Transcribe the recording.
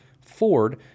Ford